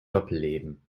doppelleben